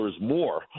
more